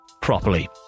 properly